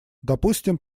допустим